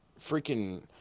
freaking –